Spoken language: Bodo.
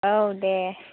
औ दे